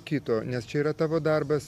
kito nes čia yra tavo darbas